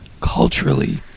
culturally